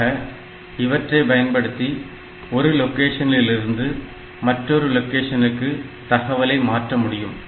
ஆக இவற்றைப் பயன்படுத்தி ஒரு லொக்கேஷனிலிருந்து மற்றொரு லொகேஷனுக்கு தகவலை மாற்ற முடியும்